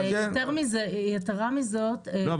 יתרה מזאת --- לא,